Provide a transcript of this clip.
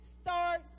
start